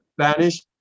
Spanish